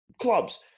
clubs